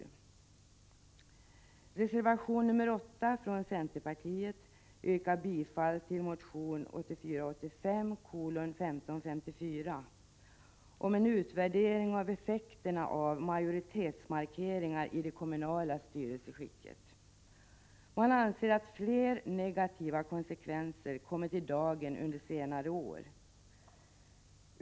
I reservation nr 8 från centerpartiet yrkas bifall till motion 1984/85:1554 om en utvärdering av effekterna av majoritetsmarkeringar i det kommunala styrelseskicket. Man anser att fler negativa konsekvenser kommit i dagen under senare år.